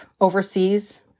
overseas